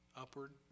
Upward